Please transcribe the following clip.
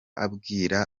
abwira